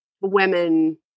women